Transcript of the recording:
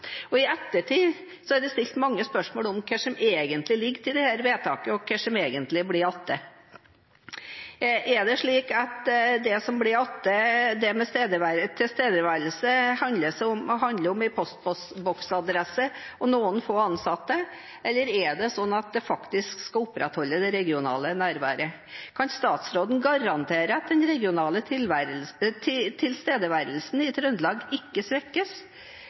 og i ettertid er det stilt mange spørsmål om hva som egentlig ligger til dette vedtaket, og hva som egentlig blir igjen. Er det slik at det som blir igjen når det gjelder tilstedeværelse, handler om en postboksadresse og noen få ansatte, eller skal man faktisk opprettholde det regionale nærværet? Kan statsråden garantere at den regionale tilstedeværelsen i Trøndelag ikke svekkes,